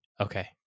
Okay